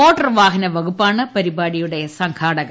motor വാഹന വകു പ്പാണ് പരിപാടിയുടെ സംഘാടകർ